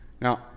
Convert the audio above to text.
Now